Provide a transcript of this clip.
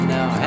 Now